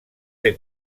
ser